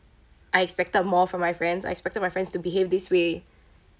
I expected more from my friends I expected my friends to behave this way